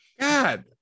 God